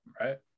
Right